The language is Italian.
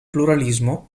pluralismo